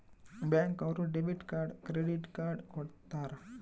bank ಅವ್ರು debit card credit card ಕೊಡ್ತಾರ